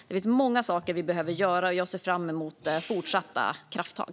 Det finns många saker vi behöver göra, och jag ser fram emot fortsatta krafttag.